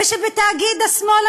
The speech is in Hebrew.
ושבתאגיד השמאל,